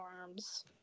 arms